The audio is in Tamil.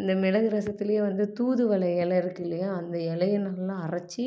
இந்த மிளகு ரசத்துலேயே வந்து தூதுவளை இலை இருக்கிதுல்லையா அந்த இலைய நல்லா அரைச்சி